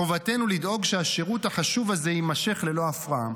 חובתנו לדאוג שהשירות החשוב הזה יימשך ללא הפרעה.